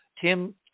Tim